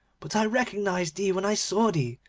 but i recognised thee when i saw thee,